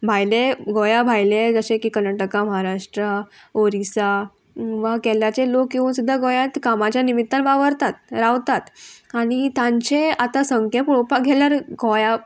भायले गोंया भायले जशें की कर्नाटका महाराष्ट्रा ओरिसा वा केरळाचे लोक येवन सुद्दां गोंयांत कामाच्या निमित्तान वावरतात रावतात आनी तांचे आतां संख्या पळोवपाक गेल्यार गोंया